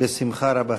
בשמחה רבה.